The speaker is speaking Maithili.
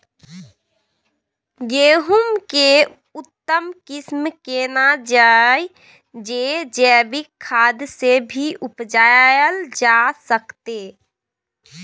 गेहूं के उत्तम किस्म केना छैय जे जैविक खाद से भी उपजायल जा सकते?